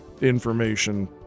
information